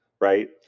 right